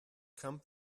come